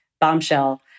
Bombshell